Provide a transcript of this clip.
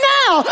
now